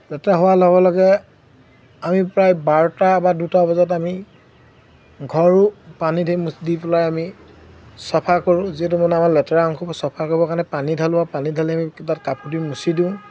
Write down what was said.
লেতেৰা হোৱাৰ লগে লগে আমি প্ৰায় বাৰটা বা দুটা বজাত আমি ঘৰো পানী দি পেলাই আমি চফা কৰোঁ যিহেতু মানে আমাৰ লেতেৰা অংশ চফা কৰিবৰ কাৰণে পানী ঢালোঁ আৰু পানী ঢালি আমি তাত কাপোৰ দি মুচি দিওঁ